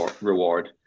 reward